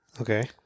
Okay